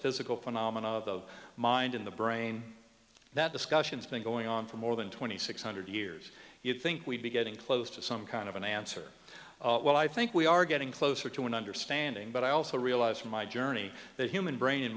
physical phenomena of the mind in the brain that discussions been going on for more than twenty six hundred years you'd think we'd be getting close to some kind of an answer well i think we are getting closer to an understanding but i also realize from my journey that human brain min